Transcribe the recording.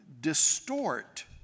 distort